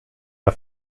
der